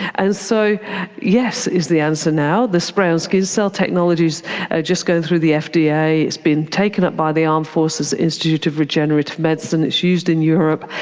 and so yes is the answer now, the spray-on skin cell technology is just going through the fda, it's it's been taken up by the armed forces institute of regenerative medicine, it's used in europe.